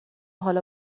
حالا